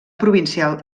provincial